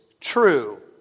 true